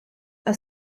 are